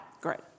Great